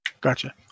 Gotcha